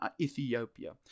Ethiopia